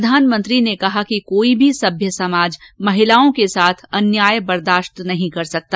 प्रधानमंत्री ने कहा कि कोई भी सभ्य समाज महिलाओं के साथ अन्याय बर्दाश्त नहीं कर सकता